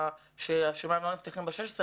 שהשמיים לא נפתחים ב-16,